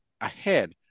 ahead